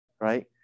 right